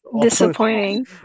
Disappointing